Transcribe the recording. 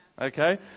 Okay